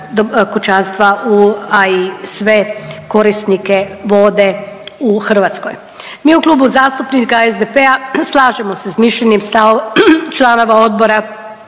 a i sve korisnike vode u Hrvatskoj. Mi u Klubu zastupnika SDP-a slažemo se sa mišljenjem, stavom članova odbora